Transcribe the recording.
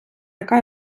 яка